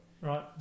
right